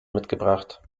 mitgebracht